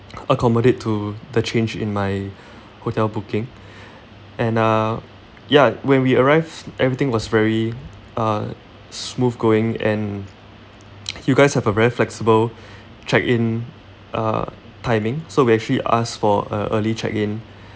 accommodate to the change in my hotel booking and uh ya when we arrived everything was very uh smooth going and you guys have a very flexible check-in uh timing so we actually asked for a early check-in